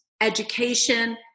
education